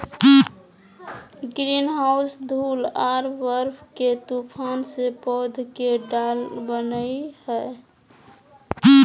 greenhouse धूल आर बर्फ के तूफान से पौध के ढाल बनय हइ